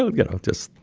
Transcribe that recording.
know, and kind of just,